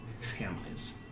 families